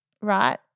right